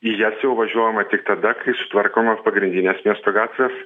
į jas jau važiuojama tik tada kai sutvarkomos pagrindinės miesto gatvės